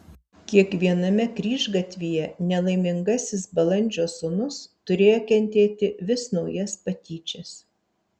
kiekviename kryžgatvyje nelaimingasis balandžio sūnus turėjo kentėti vis naujas patyčias